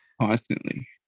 constantly